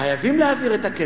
חייבים להעביר את הכסף,